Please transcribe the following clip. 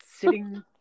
sitting